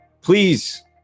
please